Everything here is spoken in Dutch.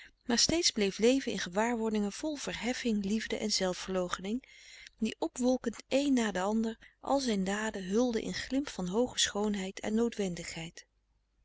maar steeds bleef leven in gewaarwordingen vol verheffing liefde en zelfverloochening die opwolkend één na d'ander al zijn daden hulden in glimp van hooge schoonheid en